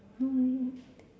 um